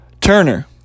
turner